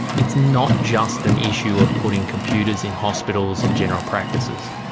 it's not just an issue of putting computers in hospitals and general practices,